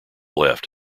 left